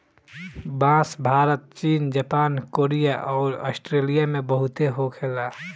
बांस भारत चीन जापान कोरिया अउर आस्ट्रेलिया में बहुते होखे ला